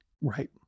Right